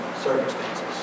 circumstances